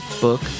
book